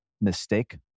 mistake